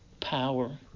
power